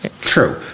True